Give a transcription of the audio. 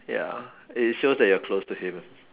ya it shows that you're close to him